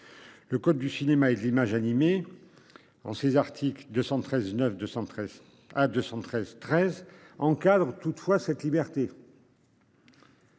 Le code du cinéma et de l'image animée. En ses articles 213 9 213 à 213 13. Encadre toutefois cette liberté.